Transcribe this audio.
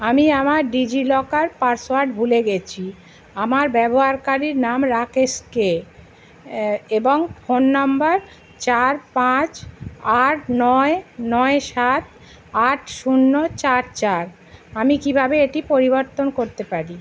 আমি আমার DigiLocker password ভুলে গেছি আমার ব্যবহারকারীর নাম রাকেশ কে এ এবং ফোন নম্বার চার পাঁচ আট নয় নয় সাত আট শূন্য চার চার আমি কীভাবে এটি পরিবর্তন করতে পারি